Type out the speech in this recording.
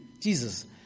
Jesus